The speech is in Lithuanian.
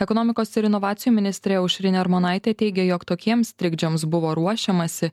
ekonomikos ir inovacijų ministrė aušrinė armonaitė teigia jog tokiems trikdžiams buvo ruošiamasi